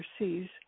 overseas